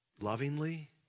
lovingly